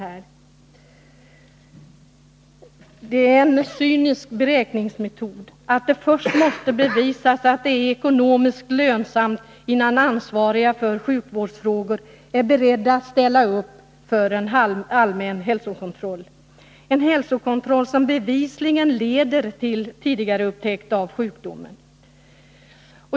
Det är en cynisk beräkningsmetod, att det först måste bevisas att det är ekonomiskt lönsamt, innan ansvariga för sjukvårdsfrågor är beredda att ställa upp för en allmän hälsokontroll — en hälsokontroll som bevisligen leder till en tidigare upptäckt av sjukdomen.